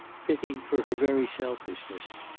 pity for her very selfishness.